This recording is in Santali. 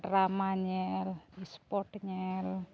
ᱰᱨᱟᱢᱟ ᱧᱮᱞ ᱥᱯᱳᱴ ᱧᱮᱞ